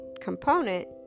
component